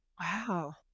Wow